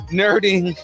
nerding